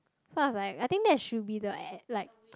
then I was like I think that should be the a~ like